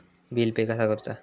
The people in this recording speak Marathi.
बिल पे कसा करुचा?